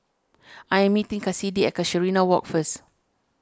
I am meeting Kassidy at Casuarina Walk first